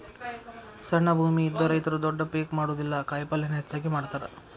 ಸಣ್ಣ ಭೂಮಿ ಇದ್ದ ರೈತರು ದೊಡ್ಡ ಪೇಕ್ ಮಾಡುದಿಲ್ಲಾ ಕಾಯಪಲ್ಲೇನ ಹೆಚ್ಚಾಗಿ ಮಾಡತಾರ